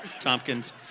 Tompkins